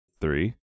Three